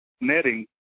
netting